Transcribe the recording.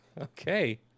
Okay